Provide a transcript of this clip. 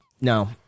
No